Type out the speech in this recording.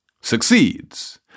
succeeds